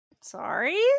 Sorry